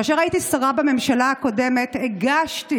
כאשר הייתי שרה בממשלה הקודמת הגשתי